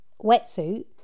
wetsuit